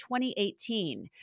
2018